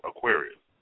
Aquarius